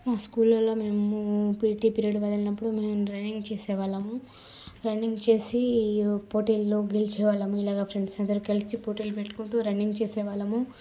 మా స్కూళ్ళలో మేము పీటీ పీరియడ్ వదిలినప్పుడు మేము రన్నింగ్ చేసే వాళ్ళము రన్నింగ్ చేసి పోటీల్లో గెలిచేవాళ్ళము ఇలాగ ఫ్రెండ్స్ అంతా కలిసి పోటీలు పెట్టుకుంటు రన్నింగ్ చేసే వాళ్ళము